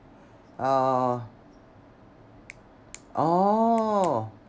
uh oh